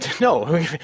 No